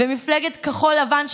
ומפלגת כחול לבן,